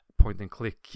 point-and-click